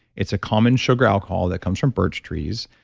it's a common sugar alcohol that comes from birch trees,